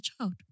child